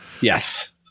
Yes